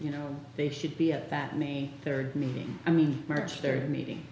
you know they should be at that me third meeting i mean march their meeting